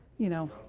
you know,